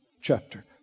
chapter